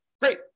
great